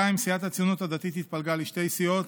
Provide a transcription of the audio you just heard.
סיעת הציונות הדתית התפלגה לשתי סיעות: